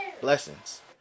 blessings